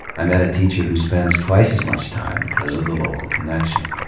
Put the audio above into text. i met a teacher who spends twice as much time because of the local connection.